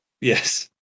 Yes